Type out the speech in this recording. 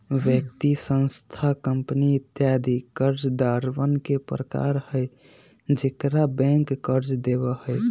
व्यक्ति, संस्थान, कंपनी इत्यादि कर्जदारवन के प्रकार हई जेकरा बैंक कर्ज देवा हई